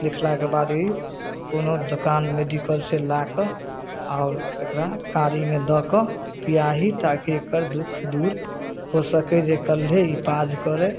लिखलाके बाद ई कोनो दोकान मेडिकलसँ ला कऽ आओर एकरा काँरिमे दऽ कऽ पिआही ताकि एकर दुख दूर हो सकै जे कल्हे ई पौज करै